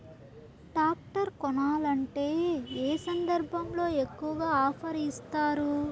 Tractor కొనాలంటే ఏ సందర్భంలో ఎక్కువగా ఆఫర్ ఇస్తారు?